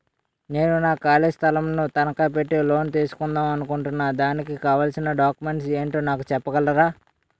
నేను నా ఖాళీ స్థలం ను తనకా పెట్టి లోన్ తీసుకుందాం అనుకుంటున్నా దానికి కావాల్సిన డాక్యుమెంట్స్ ఏంటో నాకు చెప్పగలరా?